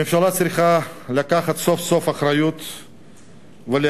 הממשלה צריכה לקחת סוף-סוף אחריות ולהגיד,